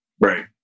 Right